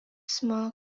small